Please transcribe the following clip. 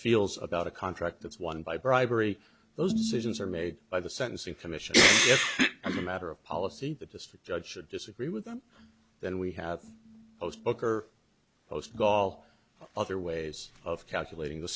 feels about a contract that's won by bribery those decisions are made by the sentencing commission a matter of policy the district judge should disagree with them then we have most book or post go all other ways of calculating the